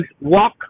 walk